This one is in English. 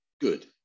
good